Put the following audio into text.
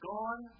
Gone